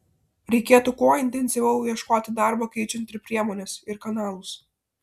reikėtų kuo intensyviau ieškoti darbo keičiant ir priemones ir kanalus